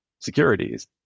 securities